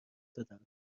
دادن